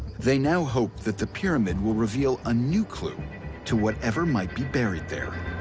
they now hope that the pyramid will reveal a new clue to whatever might be buried there.